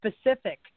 specific